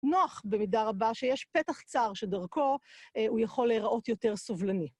נוח במידה רבה שיש פתח צר שדרכו הוא יכול להיראות יותר סובלני.